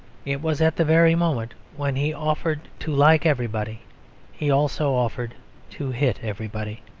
it was at the very moment when he offered to like everybody he also offered to hit everybody.